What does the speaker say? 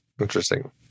Interesting